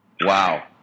Wow